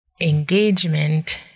engagement